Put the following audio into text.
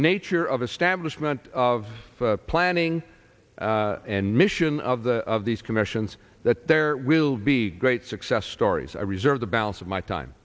nature of establishment of planning and mission of the of these commissions that there will be great success stories i reserve the balance of my time